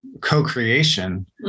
Co-creation